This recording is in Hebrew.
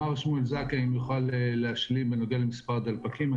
מר שמואל זכאי יוכל להשלים את דבריי בנוגע למספר הדלפקים.